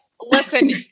Listen